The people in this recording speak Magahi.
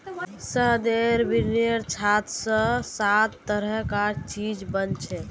शहदेर बिन्नीर छात स सात तरह कार चीज बनछेक